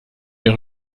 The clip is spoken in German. mehr